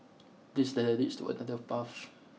this ladder leads to another path